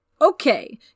Okay